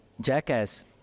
Jackass